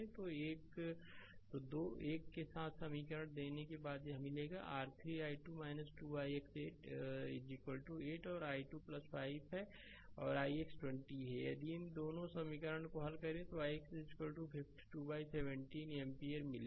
तो 2 एक साथ समीकरण देने के बाद यह मिलेगा कि r 3 i2 2 ix 8 8 और i2 5 है और ix 20 है यदि इन 2 समीकरण को हल करें तो ix 52 बाइ 17 एम्पीयर मिलेगा